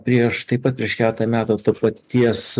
prieš taip pat prieš keletą metų to paties